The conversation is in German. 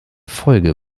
folge